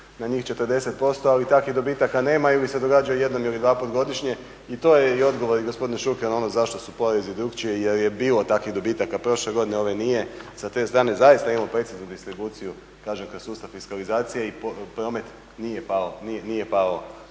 na njih 40%, ali takvih dobitaka nema ili se događaju jednom ili dvaput godišnje. I to je i odgovor i gospodine Šuker, ono zašto su porezi drukčiji, jer je bilo takvih dobitaka prošle godine. Ove nije. Sa te strane zaista imamo preciznu distribuciju, kažem kroz sustav fiskalizacije i promet nije pao